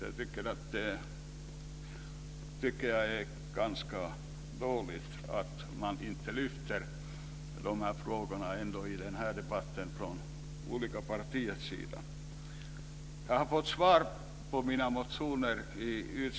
Jag tycker att det är ganska dåligt att man från partiernas sida inte lyfter fram de här frågorna. Jag har i utskottet fått svar på mina motioner.